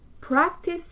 practice